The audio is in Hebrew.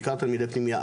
בעיקר תלמידי פנימייה.